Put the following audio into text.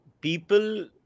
people